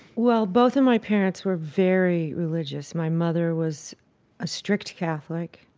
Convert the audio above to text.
well, both of my parents were very religious. my mother was a strict catholic.